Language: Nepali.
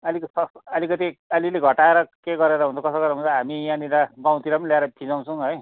अलिकति सस्तो अलिकति अलिअलि घटाएर के गरेर हुन्छ कसो गरेर हुन्छ हामी यहाँनिर गाउँतिर पनि ल्याएर फिजाउँछौँ है